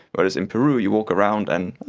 whereas in peru you walk around and,